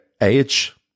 age